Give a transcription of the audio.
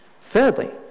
Thirdly